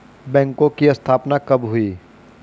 बैंकों की स्थापना कब हुई?